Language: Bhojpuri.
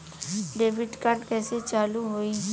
डेबिट कार्ड कइसे चालू होई?